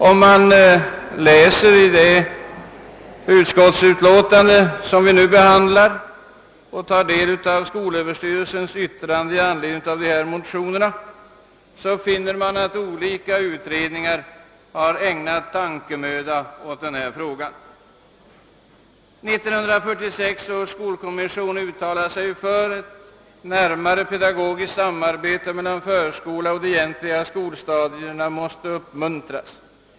Om man läser i det utskottsutlåtande vi nu behandlar och tar del av skolöverstyrelsens yttrande i anledning av dessa motioner finner man att olika utredningar har lagt ned tankemöda på denna fråga. för att ett närmare pedagogiskt samarbete mellan förskola och de egentliga skolstadierna skulle uppmuntras.